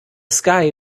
sky